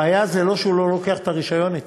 הבעיה היא לא שהוא לא לוקח את הרישיון אתו,